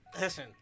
Listen